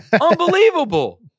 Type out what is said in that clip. Unbelievable